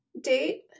date